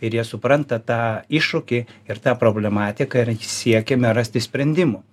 ir jie supranta tą iššūkį ir tą problematiką ir siekiame rasti sprendimų